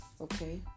Okay